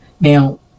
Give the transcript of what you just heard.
Now